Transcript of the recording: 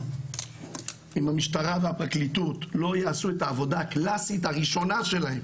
אם המשטרה והפרקליטות לא יעשו את העבודה הקלאסית הראשונה שלהם,